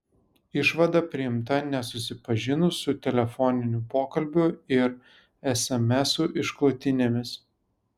išvada priimta nesusipažinus su telefoninių pokalbių ir esemesų išklotinėmis